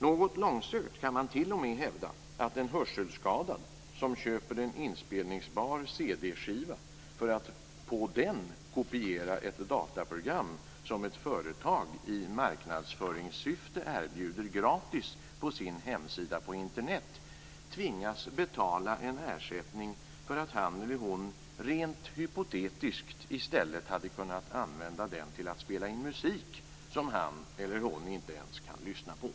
Något långsökt kan man t.o.m. hävda att en hörselskadad som köper en inspelningsbar CD-skiva för att på den kopiera ett dataprogram, som ett företag i marknadsföringssyfte erbjuder gratis på sin hemsida på Internet, tvingas betala en ersättning för att han eller hon rent hypotetiskt i stället hade kunnat använda den till att spela in musik som han eller hon inte ens kan lyssna på.